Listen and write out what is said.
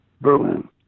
Berlin